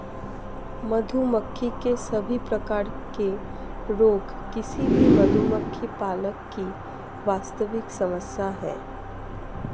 मधुमक्खी के सभी प्रकार के रोग किसी भी मधुमक्खी पालक की वास्तविक समस्या है